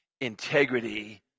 integrity